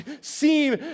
seem